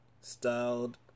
Styled